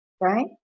Right